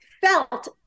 felt